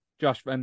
Josh